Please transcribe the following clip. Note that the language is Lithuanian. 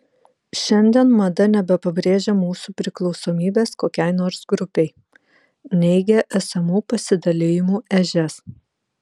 šiandien mada nebepabrėžia mūsų priklausomybės kokiai nors grupei neigia esamų pasidalijimų ežias